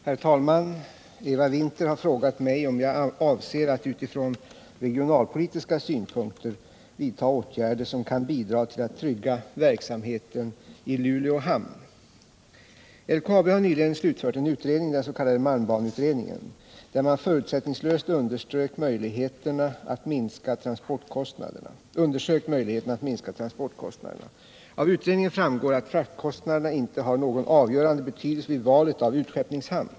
Herr talman! Eva Winther har frågat mig om jag avser att utifrån regionalpolitiska synpunkter vidta åtgärder som kan bidra till att trygga verksamheten i Luleå hamn. LKAB har nyligen slutfört en utredning — den s.k. malmbaneutredningen — där man förutsättningslöst undersökt möjligheterna att minska transportkostnaderna. Av utredningen framgår att fraktkostnaderna inte har någon avgörande betydelse vid valet av utskeppningshamn.